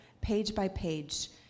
page-by-page